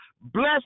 Bless